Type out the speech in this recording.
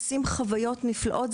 עושים חוויות נפלאות.